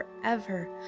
forever